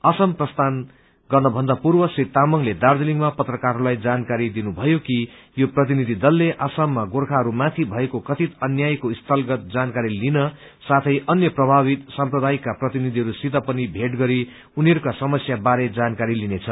असम प्रस्थान गर्न भन्दापूर्व श्री तामाङले दार्जीलिङमा पत्रकारहरूलाई जानकारी दिनु भयो कि यो प्रतिनिधि दलले असममा गोर्खाहरूमाथि भएको कथित अन्यायको स्थलगत जानकारी लिन साथै अन्य प्रभावित सम्प्रदायका प्रतिनिधिहरूसित पनि भेट गरी उनीहरूको समस्या बारे जानकारी लिनेछ